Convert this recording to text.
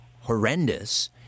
horrendous